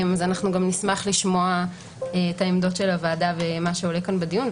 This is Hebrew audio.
נשמח לשמוע את עמדות הוועדה ומה שעולה כאן בדיון.